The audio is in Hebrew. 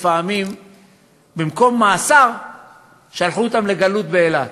לפעמים במקום מאסר שלחו אותם לגלות באילת,